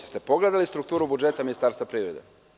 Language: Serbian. Jeste pogledali strukturu budžeta Ministarstva privrede?